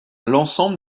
l’ensemble